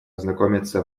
ознакомиться